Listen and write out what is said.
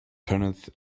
turneth